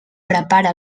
prepara